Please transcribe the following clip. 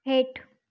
हेठि